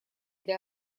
для